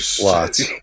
lots